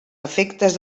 efectes